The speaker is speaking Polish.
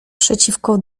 przeciwko